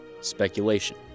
speculation